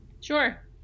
Sure